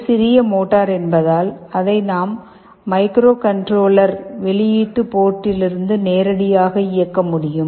ஒரு சிறிய மோட்டார் என்பதால் அதை நாம் மைக்ரோகண்ட்ரோலர் வெளியீட்டு போர்ட்லிருந்து நேரடியாக இயக்க முடியும்